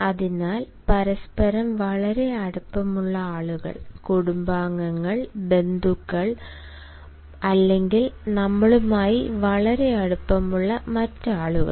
അതിനാൽ പരസ്പരം വളരെ അടുപ്പമുള്ള ആളുകൾ കുടുംബാംഗങ്ങൾ ബന്ധുക്കൾ ബന്ധുക്കൾ അല്ലെങ്കിൽ നമ്മളുമായി വളരെ അടുപ്പമുള്ള മറ്റ് ആളുകൾ